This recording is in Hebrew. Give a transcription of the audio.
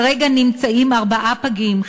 כרגע נמצאים ארבעה פגים,